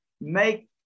make